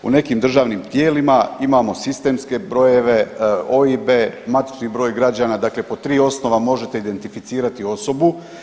U nekim državnim tijelima imamo sistemske brojeve, OIB-e, matični broj građana, dakle po 3 osnova možete identificirati osobu.